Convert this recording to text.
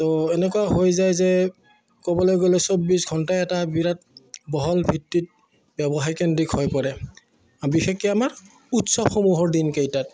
তো এনেকুৱা হৈ যায় যে ক'বলৈ গ'লে চৌব্বিছ ঘণ্টাই এটা বিৰাট বহল ভিত্তিত ব্যৱসায় কেন্দ্ৰিক হৈ পৰে বিশেষকৈ আমাৰ উৎসৱসমূহৰ দিনকেইটাত